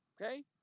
Okay